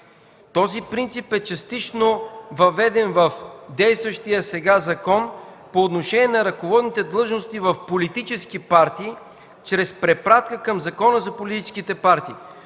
Този принцип е частично въведен в действащия сега закон по отношение на ръководните длъжности в политически партии чрез препратка към Закона за политическите партии.